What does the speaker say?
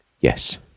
Yes